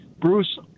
Bruce